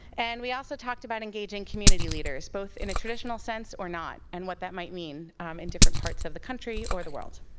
and we also talked about engaging community leaders, both in a traditional sense, or not, and what that might mean in differens parts of the country, or the world.